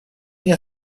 мне